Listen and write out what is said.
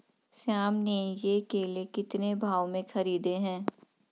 श्याम ने ये केले कितने भाव में खरीदे हैं?